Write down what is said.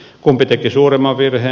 kumpi teki suuremman virheen